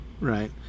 right